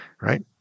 right